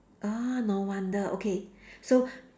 ah no wonder okay so